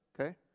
okay